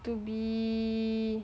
to be